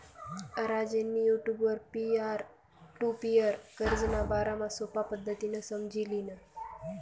राजेंनी युटुबवर peer to peer कर्जना बारामा सोपा पद्धतीनं समझी ल्हिनं